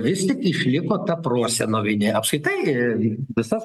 vis tik išliko ta prosenovinė apskritai visas